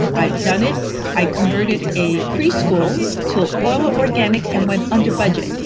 i've done it i've converted a preschool to all organic and went under budget.